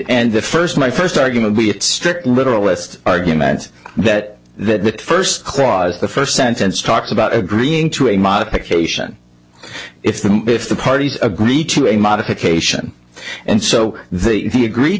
end the first my first argument be it strict literalist argument that the first clause the first sentence talks about agreeing to a modification if the if the parties agree to a modification and so they he agree